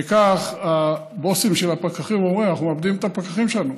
וכך הבוסים של הפקחים אומרים: אנחנו מאבדים את הפקחים שלנו.